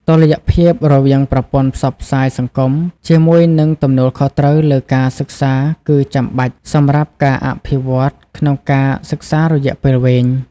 តុល្យភាពរវាងប្រព័ន្ធផ្សព្វផ្សាយសង្គមជាមួយនឹងទំនួលខុសត្រូវលើការសិក្សាគឺចាំបាច់សម្រាប់ការអភិវឌ្ឍន៍ក្នុងការសិក្សារយៈពេលវែង។